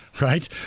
right